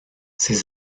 ses